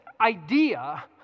idea